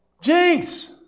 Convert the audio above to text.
Jinx